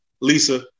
Lisa